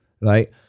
right